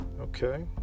okay